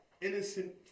innocent